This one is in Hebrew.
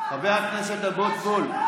חבר הכנסת קרעי,